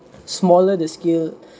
smaller the scale